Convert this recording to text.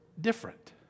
different